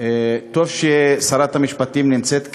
טוב ששרת המשפטים נמצאת כאן,